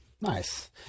Nice